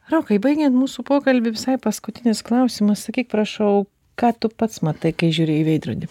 rokai baigiant mūsų pokalbį visai paskutinis klausimas sakyk prašau ką tu pats matai kai žiūri į veidrodį